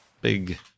big